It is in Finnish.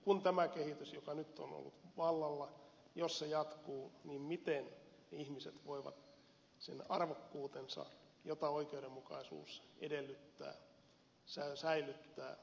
jos tämä kehitys joka nyt on ollut vallalla jatkuu niin miten ihmiset voivat sen arvokkuutensa jota oikeudenmukaisuus edellyttää säilyttää